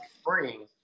spring